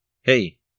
Hey